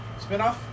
Spinoff